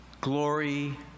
glory